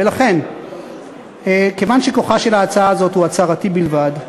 ולכן, כיוון שכוחה של ההצעה הזאת הוא הצהרתי בלבד,